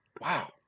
Wow